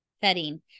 setting